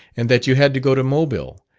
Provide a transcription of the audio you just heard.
and that you had to go to mobile,